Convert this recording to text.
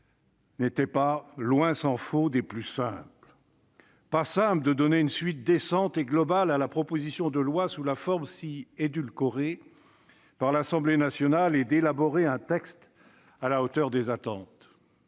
n'était pas, tant s'en faut, des plus simples. Pas simple de donner une suite décente et globale à la proposition de loi transmise sous une forme si édulcorée par l'Assemblée nationale et d'élaborer un texte à la hauteur des attentes